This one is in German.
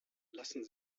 lassen